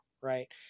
right